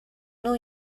know